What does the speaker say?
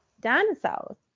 Dinosaurs